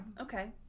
Okay